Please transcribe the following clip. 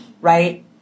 right